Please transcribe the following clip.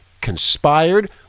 conspired